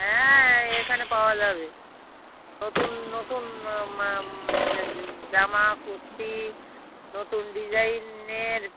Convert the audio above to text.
হ্যাঁ এখানে পাওয়া যাবে নতুন নতুন জামা কুর্তি নতুন ডিজাইনের